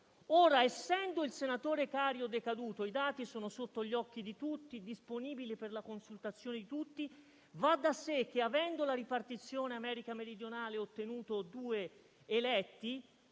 Essendo il senatore Cario decaduto (i dati sono sotto gli occhi di tutti e disponibili per la consultazione), va da sé che, avendo la ripartizione America Meridionale ottenuto due eletti,